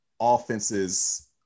offenses